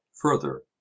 further